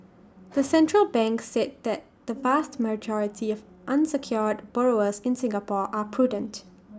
the central bank said that the vast majority of unsecured borrowers in Singapore are prudent